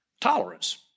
Tolerance